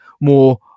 more